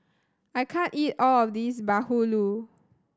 I can't eat all of this Bahulu